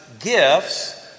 gifts